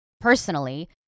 personally